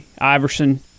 Iverson